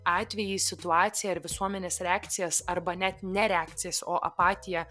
atvejį situaciją ar visuomenės reakcijas arba net ne reakcijas o apatiją